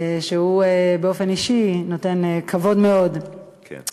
שהוא באופן אישי נותן הרבה כבוד עבורנו.